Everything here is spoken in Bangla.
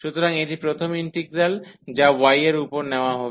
সুতরাং এটি প্রথম ইন্টিগ্রাল যা y এর উপরে নেওয়া হবে